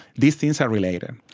these things are related.